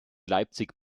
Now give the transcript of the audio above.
leipzig